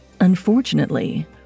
Unfortunately